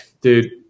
Dude